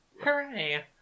Hooray